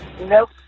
Nope